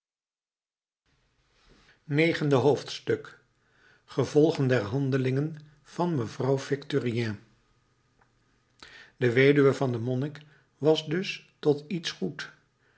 negende hoofdstuk gevolgen der handeling van mevrouw victurnien de weduwe van den monnik was dus tot iets goed